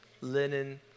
linen